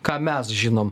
ką mes žinom